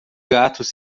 gatos